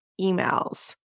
emails